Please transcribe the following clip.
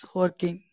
working